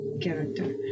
character